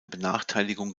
benachteiligung